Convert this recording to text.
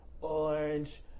orange